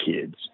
kids